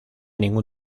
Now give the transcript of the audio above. ningún